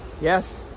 yes